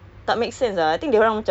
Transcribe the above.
what's the